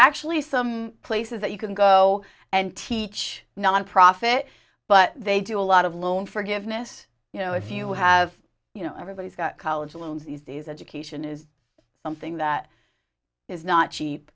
actually some places that you can go and teach nonprofit but they do a lot of loan forgiveness you know if you have you know everybody's got college loans these days education is something that is not